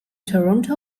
toronto